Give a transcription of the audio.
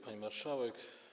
Pani Marszałek!